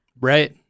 Right